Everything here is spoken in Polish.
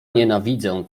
nienawidzę